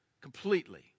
completely